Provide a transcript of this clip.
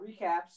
recaps